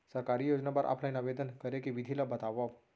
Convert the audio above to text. सरकारी योजना बर ऑफलाइन आवेदन करे के विधि ला बतावव